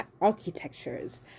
architectures